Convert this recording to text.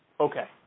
Okay